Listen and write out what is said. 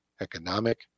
economic